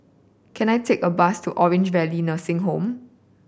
can I take a bus to Orange Valley Nursing Home